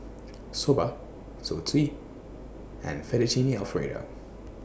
Soba Zosui and Fettuccine Alfredo